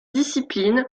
discipline